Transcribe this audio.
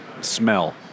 Smell